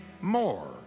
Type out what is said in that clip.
more